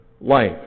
life